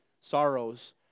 sorrows